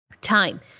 time